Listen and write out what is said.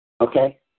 Okay